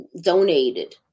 donated